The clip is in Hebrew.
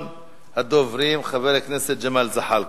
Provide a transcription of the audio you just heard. ראשון הדוברים, חבר הכנסת ג'מאל זחאלקה,